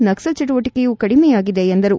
ನಕ್ಲಲ್ ಚಟುವಟಕೆಯೂ ಕಡಿಮೆಯಾಗಿದೆ ಎಂದರು